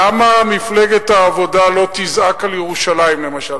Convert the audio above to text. למה מפלגת העבודה לא תזעק על ירושלים, למשל?